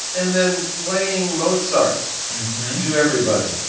and then playing mozart to everybody.